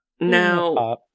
Now